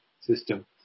system